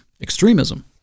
extremism